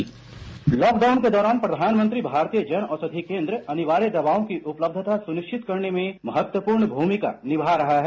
bite Dipendra Kumar lockdown के दौरान प्रधानमंत्री भारतीय जन औषधि केन्द्र अनिवार्य दवाओं की उपलब्धता सुनिश्चित करने में महत्वपूर्ण भूमिका निभा रहा है